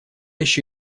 еще